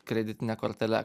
kreditine kortele